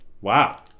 Wow